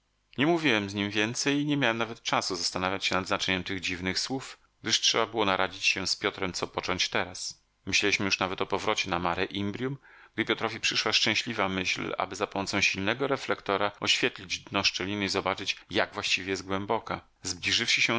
nie mówiłem z nim więcej i nie miałem nawet czasu zastanawiać się nad znaczeniem tych dziwnych słów gdyż trzeba było naradzić się z piotrem co począć teraz myśleliśmy już nawet o powrocie na mare imbrium gdy piotrowi przyszła szczęśliwa myśl aby za pomocą silnego reflektora oświetlić dno szczeliny i zobaczyć jak właściwie jest głęboka zbliżywszy się